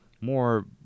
More